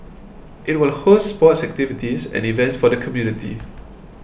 it will host sports activities and events for the community